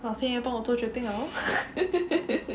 !wah! 非要我帮我做决定了 lor